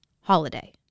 holiday